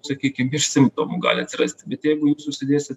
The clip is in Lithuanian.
sakykim ir simptomų gali atsirasti bet jeigu jūs užsidėsit